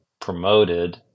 promoted